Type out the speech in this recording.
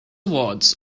awards